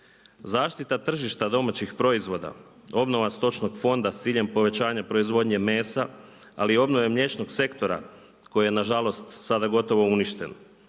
Zaštita tržišta domaćih proizvoda, obnova stočnog fonda sa ciljem povećanja proizvodnje mesa ali i obnove mliječnog sektora koje je nažalost sada gotovo uništeno